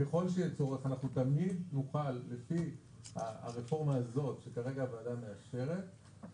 ככל שיהיה צורך אנחנו תמיד נוכל לפי הרפורמה הזאת שכרגע הוועדה מאשרת,